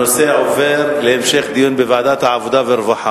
הנושא עובר להמשך דיון בוועדת העבודה והרווחה.